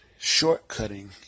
shortcutting